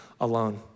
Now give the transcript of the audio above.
alone